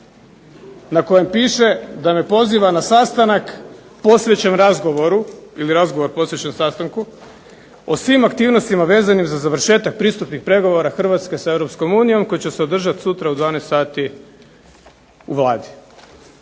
na kojem piše da me poziva na sastanak posvećen razgovoru ili razgovor posvećenu sastanku o svim aktivnostima vezanim za završetak pristupnih pregovora Hrvatske sa Europskom unijom koji će se održat sutra u 12 sati u Vladi.